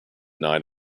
night